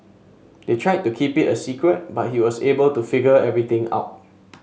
they tried to keep it a secret but he was able to figure everything out